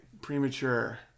Premature